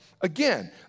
Again